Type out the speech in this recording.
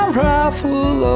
rifle